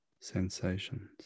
sensations